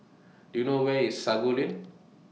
Do YOU know Where IS Sago Lane